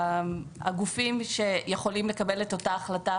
הגופים שיכולים לקבל את אותה החלטה